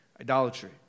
Idolatry